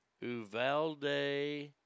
Uvalde